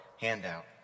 handout